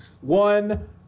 one